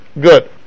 Good